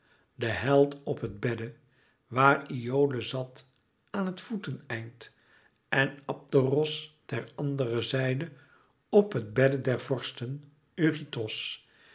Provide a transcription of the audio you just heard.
de held op het bedde waar iole zat aan het voeteneind en abderos ter andere zijde op het bedde des vorsten eurytos